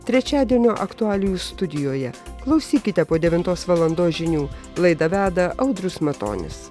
trečiadienio aktualijų studijoje klausykite po devintos valandos žinių laidą veda audrius matonis